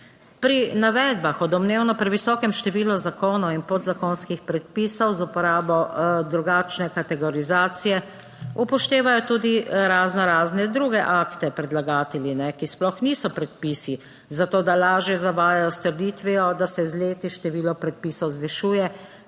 Pri navedbah o domnevno previsokem številu zakonov in podzakonskih predpisov z uporabo drugačne kategorizacije, upoštevajo tudi razno razne druge akte predlagatelji, ki sploh niso predpisi zato, da lažje zavajajo s trditvijo, da se z leti število predpisov zvišuje,